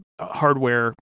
hardware